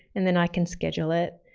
and then i can schedule it,